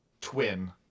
twin